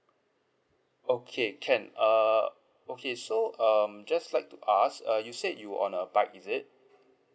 okay can err okay so um just like to ask uh you said you on a bike is it